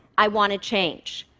i want to change.